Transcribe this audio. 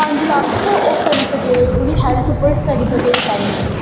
पंज लक्ख ओह् करी सकै ओह्दी हैल्थ उप्पर करी सकै स्पैंड